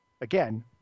again